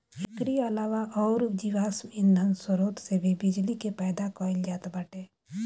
एकरी अलावा अउर गैर जीवाश्म ईधन स्रोत से भी बिजली के पैदा कईल जात बाटे